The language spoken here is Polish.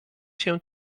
się